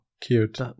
Cute